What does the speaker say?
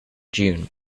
june